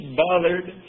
bothered